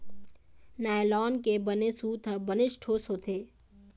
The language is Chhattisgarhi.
नायलॉन के बने सूत ह बनेच ठोस होथे